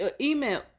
email